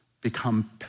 become